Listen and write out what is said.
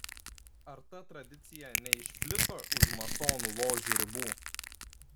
ar ta tradicija neišplito už masonų ložių ribų